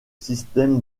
système